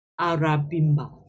Arabimba